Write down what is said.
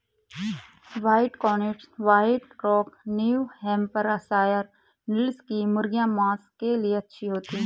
white Cornish, white rock, New Hampshire नस्ल की मुर्गियाँ माँस के लिए अच्छी होती हैं